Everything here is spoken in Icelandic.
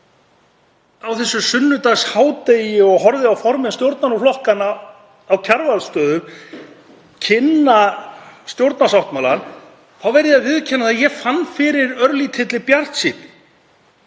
á þessu sunnudagshádegi og horfði á formenn stjórnarflokkanna á Kjarvalsstöðum kynna stjórnarsáttmálann þá verð ég að viðurkenna að ég fann fyrir örlítilli bjartsýnn.